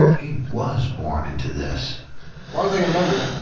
he was born into this long as i remember,